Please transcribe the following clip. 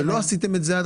עד עכשיו ולא עשיתם את זה?